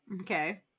Okay